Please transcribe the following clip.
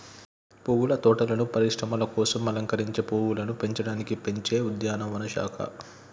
పువ్వుల తోటలను పరిశ్రమల కోసం అలంకరించే పువ్వులను పెంచడానికి పెంచే ఉద్యానవన శాఖ